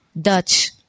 Dutch